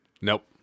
nope